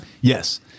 yes